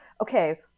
okay